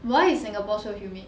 why is singapore so humid